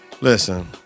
listen